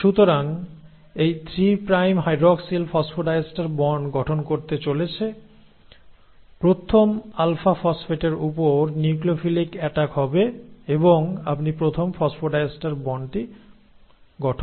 সুতরাং এই 3 prime hydroxyl phosphodiester bond গঠন করতে চলেছে প্রথম আলফা ফসফেটের উপর নিউক্লিওফিলিক অ্যাটাক হবে এবং আপনি প্রথম ফসফোডাইএস্টার বন্ডটি গঠন পেয়ে যান